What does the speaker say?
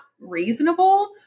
reasonable